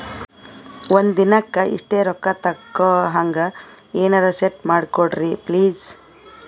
ಒಂದಿನಕ್ಕ ಇಷ್ಟೇ ರೊಕ್ಕ ತಕ್ಕೊಹಂಗ ಎನೆರೆ ಸೆಟ್ ಮಾಡಕೋಡ್ರಿ ಪ್ಲೀಜ್?